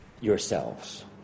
yourselves